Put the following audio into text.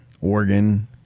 Oregon